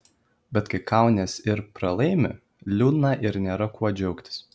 bet kai kaunies ir pralaimi liūdna ir nėra kuo džiaugtis